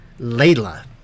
Layla